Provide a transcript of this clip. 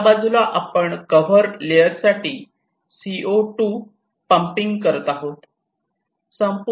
एका बाजूला आपण कव्हर लेअर साठी सीओ 2 पंपिंग करत आहोत